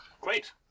Great